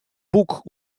boek